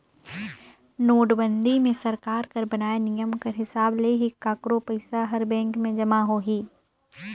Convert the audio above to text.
नोटबंदी मे सरकार कर बनाय नियम कर हिसाब ले ही काकरो पइसा हर बेंक में जमा होही